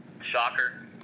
Shocker